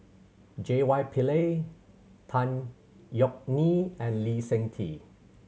J Y Pillay Tan Yeok Nee and Lee Seng Tee